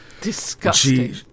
Disgusting